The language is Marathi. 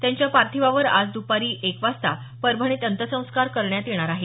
त्यांच्या पार्थिवावर आज दुपारी एक वाजता परभणीत अंत्यसंस्कार करण्यात येणार आहे